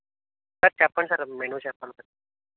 sir చెప్పండి sir menu చెప్పండి sir